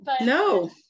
No